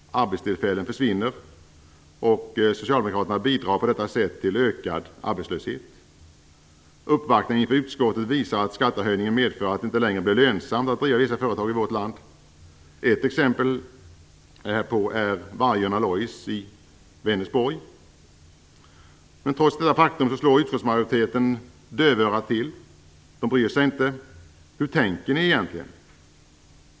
Arbetstillfällen försvinner, och socialdemokraterna bidrar på detta sätt till ökad arbetslöshet. Uppvaktning inför utskottet visar att skattehöjningen medför att det inte längre blir lönsamt att driva vissa företag i vårt land. Ett exempel härpå är Trots detta faktum slår utskottsmajoriteten dövörat till. Man bryr sig inte. Hur tänker ni egentligen?